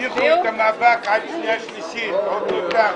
הצעת החוק מוכנה לקריאה ראשונה.